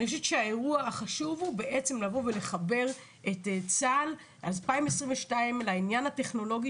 האירוע החשוב הוא לחבר את צה"ל 2022 לעניין הטכנולוגי